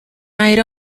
night